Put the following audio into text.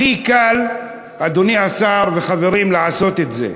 הכי קל, אדוני השר וחברים, לעשות את זה.